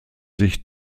sich